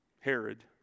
Herod